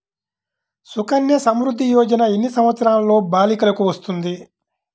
సుకన్య సంవృధ్ది యోజన ఎన్ని సంవత్సరంలోపు బాలికలకు వస్తుంది?